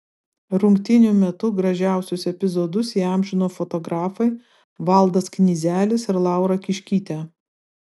rungtynių metu gražiausius epizodus įamžino fotografai valdas knyzelis ir laura kiškytė